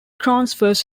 transfers